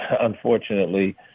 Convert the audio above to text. unfortunately